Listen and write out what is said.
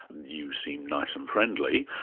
you seem nice and friendly,